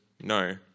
No